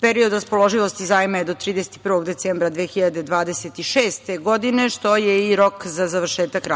period raspoloživosti zajma je do 31. decembra 2026. godine, što je i rok za završetak